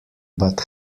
but